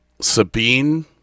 sabine